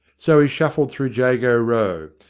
so he shuffled through jago row,